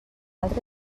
altra